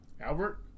Albert